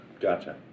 gotcha